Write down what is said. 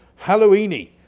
Halloweeny